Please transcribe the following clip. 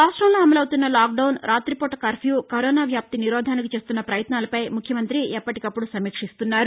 రాష్టంలో అమలవుతున్న లాక్డౌన్ రాతిపూట కర్న్నూ కరోనావ్యాప్తి నిరోధానికి చేస్తున్న ప్రయత్నాలపై ముఖ్యమంతి ఎప్పటికప్పుసు సమీక్షిస్తున్నారు